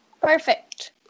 Perfect